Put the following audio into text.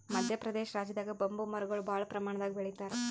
ಮದ್ಯ ಪ್ರದೇಶ್ ರಾಜ್ಯದಾಗ್ ಬಂಬೂ ಮರಗೊಳ್ ಭಾಳ್ ಪ್ರಮಾಣದಾಗ್ ಬೆಳಿತಾರ್